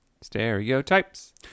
Stereotypes